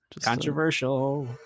controversial